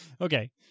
Okay